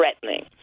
threatening